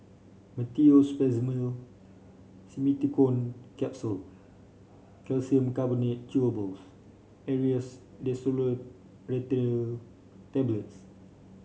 Meteospasmyl Simeticone Capsule Calcium Carbonate Chewables Aerius DesloratadineTablets